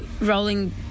rolling